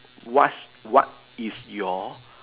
what's what is your